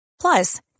Plus